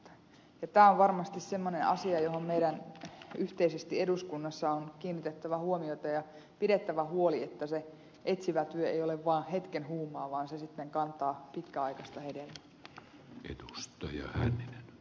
tämä on varmasti semmoinen asia johon meidän yhteisesti eduskunnassa on kiinnitettävä huomiota ja pidettävä huoli että se etsivä työ ei ole vaan hetken huumaa vaan se sitten kantaa pitkäaikaista hedelmää